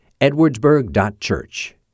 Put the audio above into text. edwardsburg.church